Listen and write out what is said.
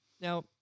Now